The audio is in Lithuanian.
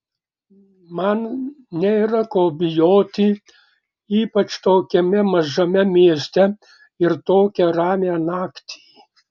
man nėra ko bijoti ypač tokiame mažame mieste ir tokią ramią naktį